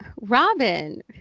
Robin